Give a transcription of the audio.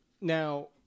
Now